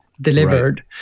delivered